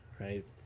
right